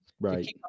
Right